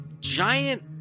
giant